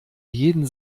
jeden